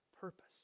purpose